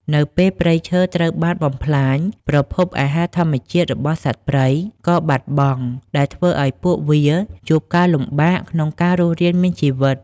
នៅពេលព្រៃឈើត្រូវបានបំផ្លាញ ប្រភពអាហារធម្មជាតិរបស់សត្វព្រៃក៏បាត់បង់ ដែលធ្វើឱ្យពួកវាជួបការលំបាកក្នុងការរស់រានមានជីវិត។